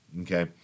okay